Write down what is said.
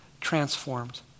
transformed